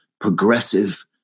progressive